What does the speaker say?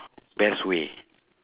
best way